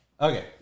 Okay